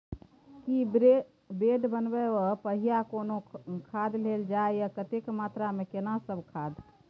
की bed बनबै सॅ पहिने कोनो खाद देल जाय आ कतेक मात्रा मे केना सब खाद?